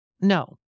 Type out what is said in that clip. No